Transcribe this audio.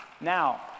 Now